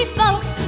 folks